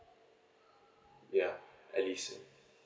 ya at least